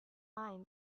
mind